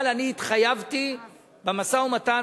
אבל אני התחייבתי במשא-ומתן,